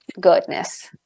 goodness